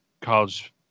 college